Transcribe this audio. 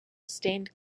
stained